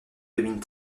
dominent